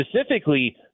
specifically